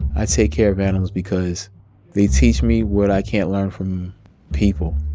i take care of animals because they teach me what i can't learn from people.